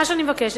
מה שאני מבקשת: